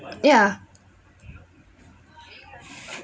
ya